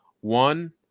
one